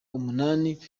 umunani